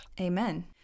Amen